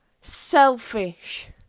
selfish